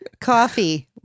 Coffee